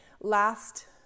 last